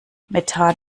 methan